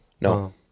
no